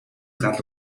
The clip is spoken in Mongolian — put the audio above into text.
гал